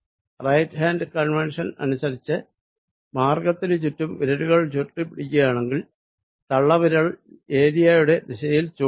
right hand convention അനുസരിച്ച് മാർഗ്ഗത്തിനു ചുറ്റും വിരലുകൾ ചുരുട്ടി പിടിക്കുകയാണെങ്കിൽ തള്ളവിരൽ അറയുടെ ദിശയിൽ ചൂണ്ടും